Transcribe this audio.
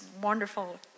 wonderful